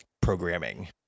programming